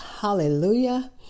Hallelujah